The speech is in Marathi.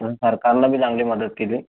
पण सरकारनं बी चांगली मदत केली